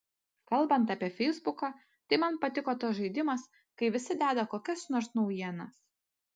kalbant apie feisbuką tai man patiko tas žaidimas kai visi deda kokias nors naujienas